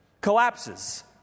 collapses